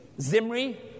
Zimri